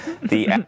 the-